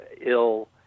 ill